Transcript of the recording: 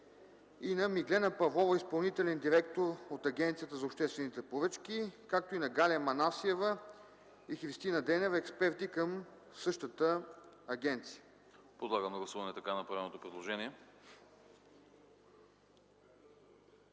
Миглена Павлова – изпълнителен директор от Агенцията за обществените поръчки; Галя Манасиева и Христина Денева – експерти към същата агенция.